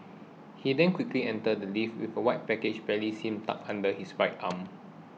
he then quickly enters the lift with a white package barely seen tucked under his right arm